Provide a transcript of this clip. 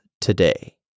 today